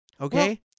okay